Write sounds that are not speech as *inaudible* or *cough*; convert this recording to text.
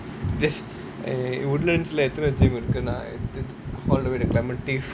*laughs* just eh woodlands leh எத்தன:ethana gym இருக்கு நான்:irukku naan all the way to clementi